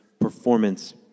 performance